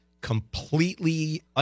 completely